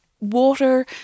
water